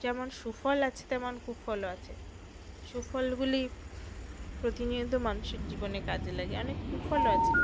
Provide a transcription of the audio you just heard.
যেমন সুফল আছে তেমন কুফলও আছে সুফলগুলি প্রতিনিয়ত মানুষের জীবনে কাজে লাগে অনেক কুফলও আছে